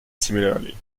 similarly